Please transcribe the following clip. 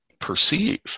perceive